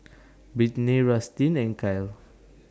Brittnay Rustin and Kyle